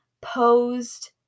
posed